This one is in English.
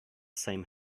same